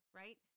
right